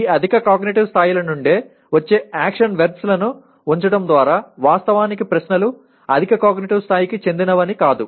ఈ అధిక కాగ్నిటివ్ స్థాయిల నుండి వచ్చే యాక్షన్ వెర్బ్స్ లను ఉంచడం ద్వారా వాస్తవానికి ప్రశ్నలు అధిక కాగ్నిటివ్ స్థాయికి చెందినవని కాదు